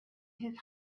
his